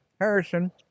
Harrison